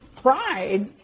pride